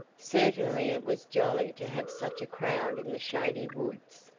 certainly it was jolly to have such a crowd in the shady woods.